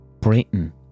Britain